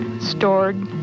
stored